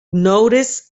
notice